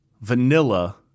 vanilla